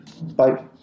Bye